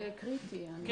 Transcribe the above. זה קריטי, הנושא הזה.